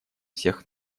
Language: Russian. всех